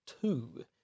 two